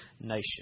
nation